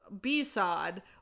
b-sod